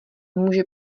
může